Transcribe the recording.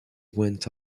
went